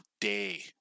day